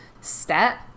step